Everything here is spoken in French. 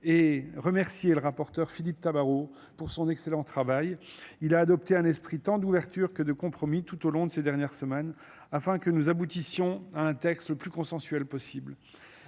et remercier le rapporteur Philippe Tabar pour son excellent travail. Il a adopté un esprit tant d'ouverture que de compromis tout au long de ces dernières semaines afin que nous aboutissions à un texte le plus consensuel possible